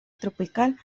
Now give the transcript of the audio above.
tropical